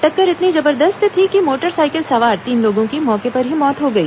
टक्कर इतनी जबरदस्त थी कि मोटरसाइकिल सवार तीन लोगों की मौके पर ही मौत हो गई